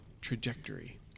trajectory